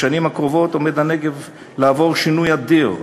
בשנים הקרובות הנגב עומד לעבור שינוי אדיר,